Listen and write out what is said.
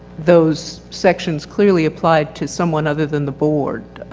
those sections clearly applied to someone other than the board.